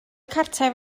cartref